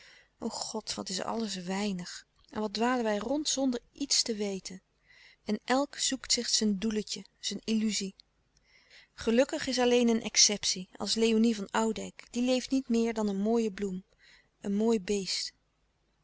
god wat is alles weinig en louis couperus de stille kracht wat dwalen wij rond zonder iets te weten en elk zoekt zich zijn doeletje zijn illuzie gelukkig is alleen een exceptie als léonie van oudijck die leeft niet meer dan een mooie bloem een mooi beest